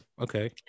okay